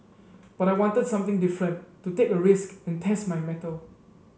but I wanted something different to take a risk and test my mettle